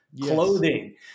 clothing